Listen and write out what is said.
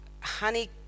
honey